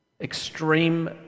extreme